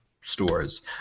stores